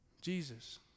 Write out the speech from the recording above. Jesus